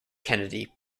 kennedy